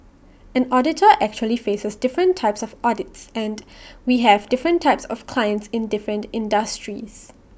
an auditor actually faces different types of audits and we have different types of clients in different industries